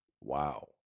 wow